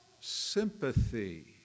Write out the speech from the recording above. sympathy